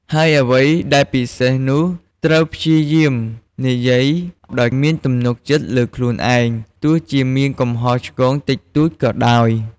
ហើយអ្វីដែលពិសេសនោះ ត្រូវព្យាយាមនិយាយដោយមានទំនុកចិត្តលើខ្លួនឯង ទោះបីមានកំហុសឆ្គងតិចតួចក៏ដោយ។